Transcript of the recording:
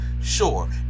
sure